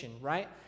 right